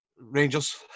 Rangers